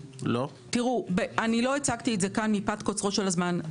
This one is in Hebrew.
אני לא הצגתי את זה כאן מפאת קוצר הזמן.